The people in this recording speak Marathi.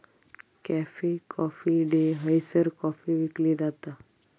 कॅफे कॉफी डे हयसर कॉफी विकली जाता